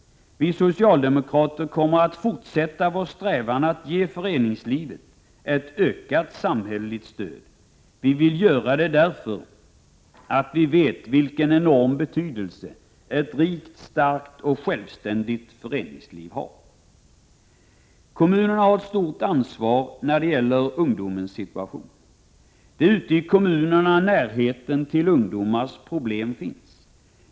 Vi socialdemokrater kommer att fortsätta vår strävan att ge föreningslivet ett ökat samhälleligt stöd. Vi vill göra det därför att vi vet vilken enorm betydelse ett rikt, starkt och självständigt föreningsliv har. Kommunerna har ett stort ansvar när det gäller ungdomens situation. Det är ute i kommunerna närheten till ungdomars problem finns.